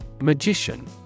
Magician